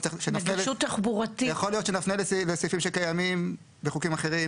יכול להיות שנפנה לסעיפים שקיימים בחוקים אחרים,